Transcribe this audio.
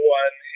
one